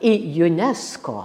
į unesco